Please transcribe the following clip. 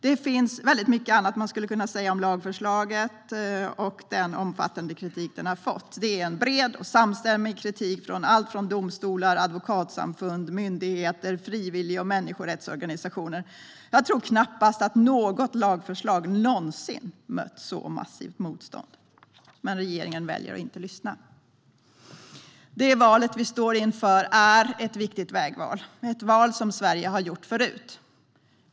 Det finns mycket annat man skulle kunna säga om lagförslaget och den omfattande kritik det har fått. Det är en bred och samstämmig kritik från allt från domstolar till advokatsamfund, myndigheter och frivillig och människorättsorganisationer. Jag tror knappast att något lagförslag någonsin har mött ett sådant massivt motstånd. Men regeringen väljer att inte lyssna. Det val vi står inför är ett viktigt vägval. Det är ett val som Sverige har gjort förut.